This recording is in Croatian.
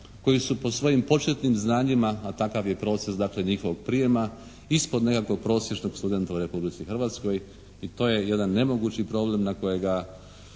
koji su po svojim početnim znanjima, a takav je proces dakle njihovog prijema ispod nekakvog prosječnog studenta u Republici Hrvatskoj. I to je jedan nemogući problem na kojega